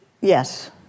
yes